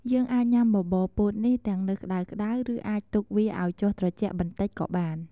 យើងអាចញ៉ាំបបរពោតនេះទាំងនៅក្ដៅៗ ឬអាចទុកវាឱ្យចុះត្រជាក់បន្តិចក៏បាន។